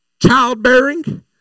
Childbearing